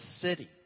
city